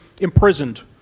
imprisoned